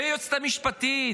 ביועצת המשפטית?